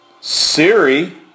Siri